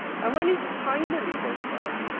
and when he finally woke up,